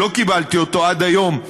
שלא קיבלתי אותו עד היום,